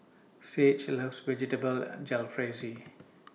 Sage loves Vegetable Jalfrezi